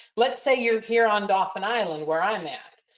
let's say you're here on dauphin island where i'm at.